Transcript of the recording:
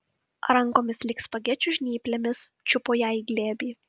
rankomis lyg spagečių žnyplėmis čiupo ją į glėbį